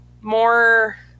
more